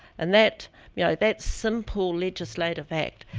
and that yeah that simple legislative act,